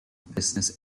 business